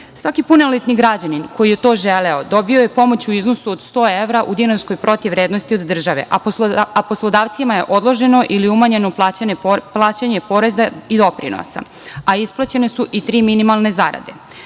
Svaki punoletni građanin koji je to želeo dobio je pomoć u iznosu od 100 evra u dinarskoj protivvrednosti od države, a poslodavcima je odloženo ili umanjeno plaćanje poreza i doprinosa, a isplaćene su i tri minimalne zarade. Treći